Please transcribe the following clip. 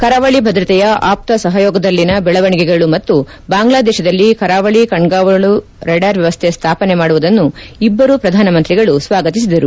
ಕರಾವಳಿ ಭದ್ರತೆಯ ಆಪ್ತ ಸಹಯೋಗದಲ್ಲಿನ ಬೆಳವಣಿಗೆಗಳು ಮತ್ತು ಬಾಂಗ್ಲಾದೇಶದಲ್ಲಿ ಕರಾವಳಿ ಕಣ್ಗಾವಲು ರಡಾರ್ ವ್ಯವಸ್ಥೆ ಸ್ಥಾಪನೆ ಮಾಡುವುದನ್ನು ಇಬ್ಬರೂ ಪ್ರಧಾನಮಂತ್ರಿಗಳು ಸ್ವಾಗತಿಸಿದರು